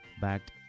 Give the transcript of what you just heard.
backed